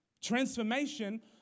Transformation